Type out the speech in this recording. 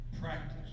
practice